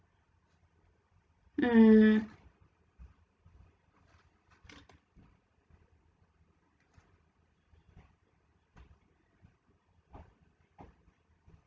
mm